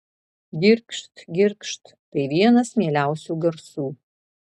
girgžt girgžt tai vienas mieliausių garsų